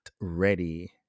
ready